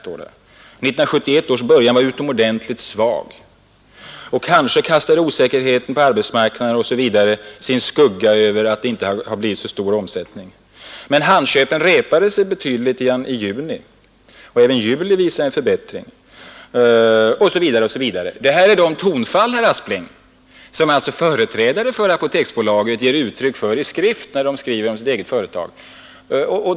1971 års början var utomordentligt svag, och kanske kastade osäkerheten på arbetsmarknaden osv. sin skugga över att det inte blivit så stor omsättning. Men handköpen repade sig betydligt i juni och även juli visade en förbättring, etc. Detta är tonfall som företrädare för Apoteksbolaget ger uttryck för, när de skriver om sitt eget företag, herr Aspling.